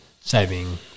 saving